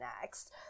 next